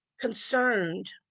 concerned